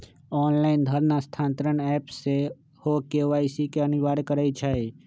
online धन स्थानान्तरण app सेहो के.वाई.सी के अनिवार्ज करइ छै